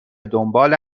دنبال